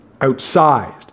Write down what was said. outsized